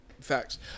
facts